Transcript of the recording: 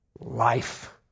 life